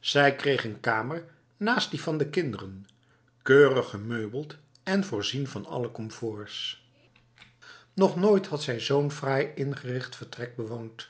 zij kreeg een kamer naast die van de kinderen keurig gemeubeld en voorzien van alle comforts nog nooit had zij zo'n fraai ingericht vertrek bewoond